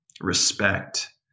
Respect